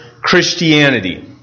Christianity